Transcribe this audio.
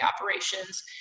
operations